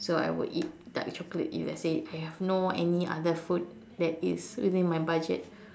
so I would eat dark chocolate if let's say I have no any other food that is within my budget